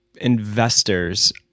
Investors